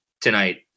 tonight